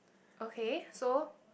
okay so